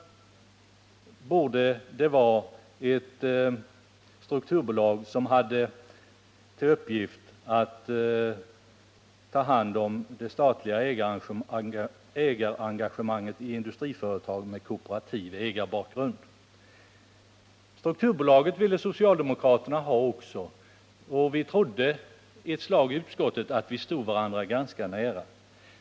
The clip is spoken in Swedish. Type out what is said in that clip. Detta strukturbolag borde ha till uppgift att ta hand om det statliga ägarengagemanget i industriföretag med kooperativ ägarbakgrund. Också socialdemokraterna ville ha ett strukturbolag, och vi trodde i utskottet ett tag att vi stod varandra ganska nära.